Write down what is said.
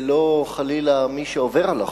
ולא חלילה מי שעוברים על החוק,